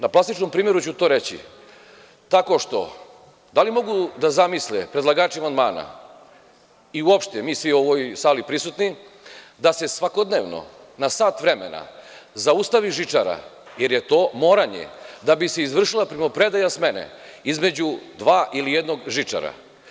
Na plastičnom primeru ću to reći, tako što, da li mogu da zamisle predlagači amandmana i uopšte mi svi u ovoj sali prisutni da se svakodnevno na sat vremena zaustavi žičara jer je to moranje da bi se izvršila primo-predaja smene između dva ili jednog žičara.